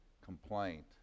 complaint